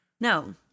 no